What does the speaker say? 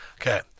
Okay